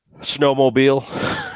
Snowmobile